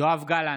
יואב גלנט,